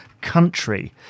country